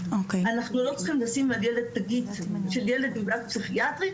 אנחנו לא צריכים לשים על ילד תגית של ילד עם בעיה פסיכיאטרית,